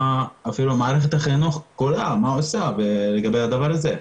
מה מערכת החינוך עושה לגבי הדבר הזה.